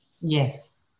Yes